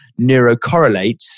neurocorrelates